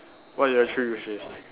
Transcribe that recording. what your three wishes